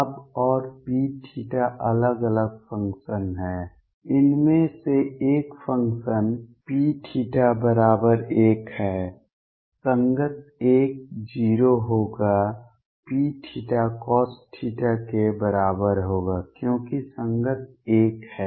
अब और Pθ अलग अलग फंक्शन हैं इनमें से एक फंक्शन Pθ बराबर 1 है संगत l 0 होगा Pθ cos θ के बराबर होगा क्योंकि संगत l 1 है